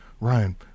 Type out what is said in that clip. Ryan